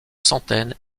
centaines